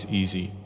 easy